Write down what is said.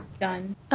done